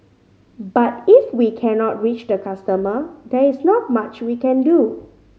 but if we cannot reach the customer there is not much we can do